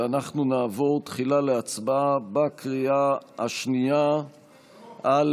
ואנחנו נעבור תחילה להצבעה בקריאה השנייה על